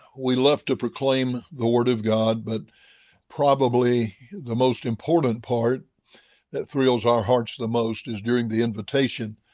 we love to proclaim the word of god. but probably the most important part that thrills our hearts the most is during the invitation.